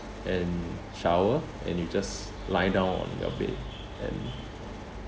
and shower and you just lie down on your bed and